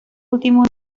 últimos